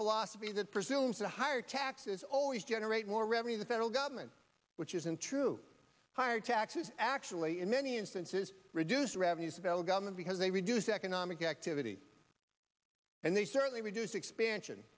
philosophy that presumes a higher taxes always generate more revenue the federal government which isn't true higher taxes actually in many instances reduced revenues about a government because they reduce economic activity and they certainly reduce expansion